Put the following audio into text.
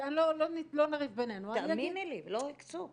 לא נריב בינינו -- תאמיני לי, לא הקצו.